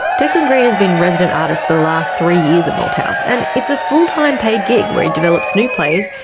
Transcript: declan green has been resident artists for the last three years at malthouse and it's a full time paid gig where he develops new plays,